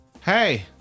Hey